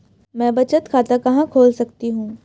मैं बचत खाता कहां खोल सकती हूँ?